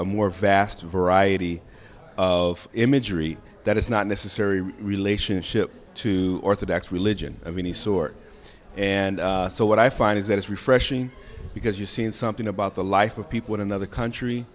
a more vast variety of imagery that is not necessary relationship to orthodox religion of any sort and so what i find is that it's refreshing because you've seen something about the life of people in another country